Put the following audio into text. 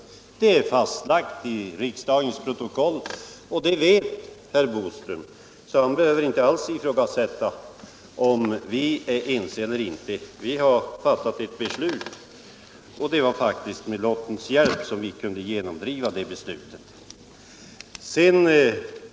Det är fastlagt i riksdagens protokoll. Och det vet herr Boström, så han behöver inte alls ifrågasätta om vi är ense eller inte. Vi har fattat ett beslut, och det var faktiskt med lottens hjälp som vi kunde genomdriva det beslutet.